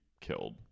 killed